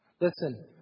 Listen